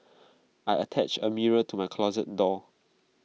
I attached A mirror to my closet door